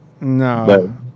No